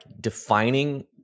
defining